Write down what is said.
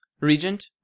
Regent